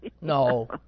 No